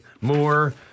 Moore